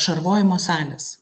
šarvojimo salės